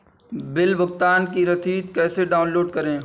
Bill भुगतान की रसीद कैसे डाउनलोड करें?